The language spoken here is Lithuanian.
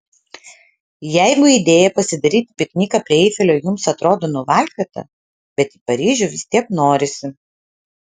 jeigu idėja pasidaryti pikniką prie eifelio jums atrodo nuvalkiota bet į paryžių vis tiek norisi